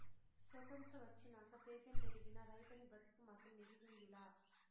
సొత్రంతం వచ్చినాక సేద్యం పెరిగినా, రైతనీ బతుకు మాత్రం ఎదిగింది లా